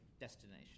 destination